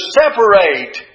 separate